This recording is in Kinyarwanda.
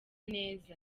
neza